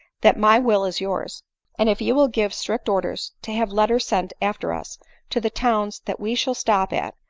that my will is yours and if you will give strict orders to have letters sent after us to the towns that we shall stop at,